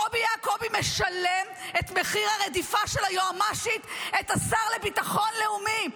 קובי יעקובי משלם את מחיר הרדיפה של היועמ"שית את השר לביטחון לאומי.